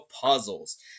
Puzzles